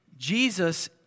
Jesus